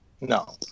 No